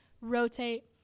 rotate